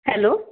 hello